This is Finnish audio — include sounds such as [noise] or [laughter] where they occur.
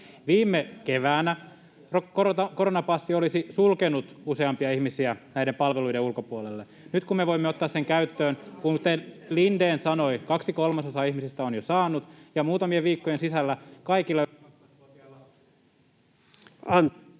Viime keväänä koronapassi olisi sulkenut useampia ihmisiä näiden palveluiden ulkopuolelle. [noise] Nyt kun me voimme ottaa sen käyttöön, kuten Lindén sanoi, kaksi kolmasosaa ihmisistä on jo saanut, ja muutamien viikkojen sisällä kaikilla...